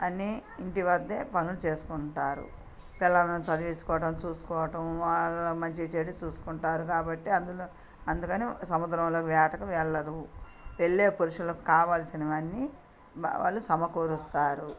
అన్నీ ఇంటి వద్ద పనులు చేసుకుంటారు పిల్లల్ని చదివించుకోవటం చూసుకోవటం వాళ్ళ మంచి చెడు చూసుకుంటారు కాబట్టి అందులో అందుకని సముద్రంలోకి వేటకి వెళ్ళరు వెళ్ళే పురుషులకు కావాల్సినవి అన్నీ వ వాళ్ళు సమకూరుస్తారు